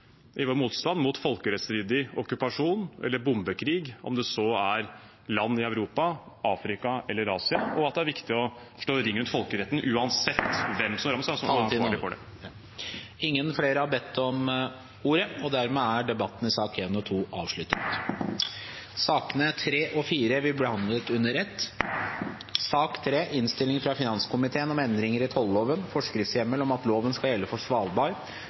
i vår motstand mot folkerettsstridig okkupasjon eller bombekrig, om det er land i Europa, Afrika eller Asia , og at det er viktig å slå ring rundt folkeretten uansett hvem Taletiden er ute. Flere har ikke bedt om ordet til sakene nr. 1 og 2. Sakene nr. 3 og 4 vil bli behandlet under ett. Etter ønske fra